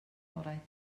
orau